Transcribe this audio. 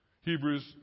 Hebrews